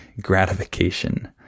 gratification